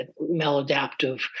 maladaptive